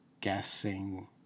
guessing